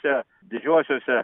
čia didžiuosiuose